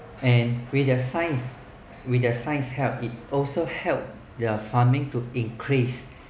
and with the science with the science help it also help their farming to increase